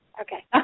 Okay